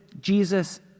Jesus